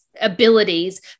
abilities